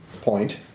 Point